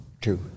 Two